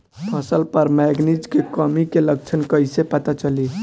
फसल पर मैगनीज के कमी के लक्षण कईसे पता चली?